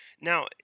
Now